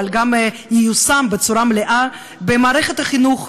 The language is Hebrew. אבל גם ייושם בצורה מלאה: במערכת החינוך,